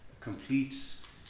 completes